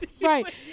right